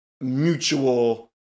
mutual